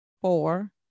four